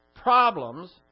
problems